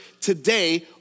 today